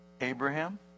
Abraham